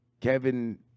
Kevin